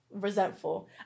resentful